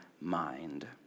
mind